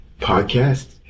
podcast